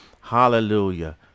Hallelujah